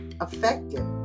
effective